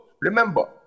Remember